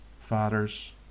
fathers